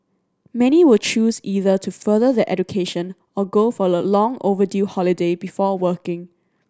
many will choose either to further their education or go for a long overdue holiday before working